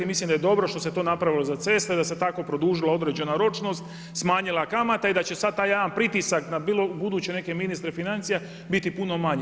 Mislim da je dobro što se to napravilo za ceste da se tako produžila određena ročnost, smanjila kamata i da će sada taj jedan pritisak na buduće neke ministre financija biti puno manji.